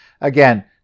Again